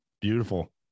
Beautiful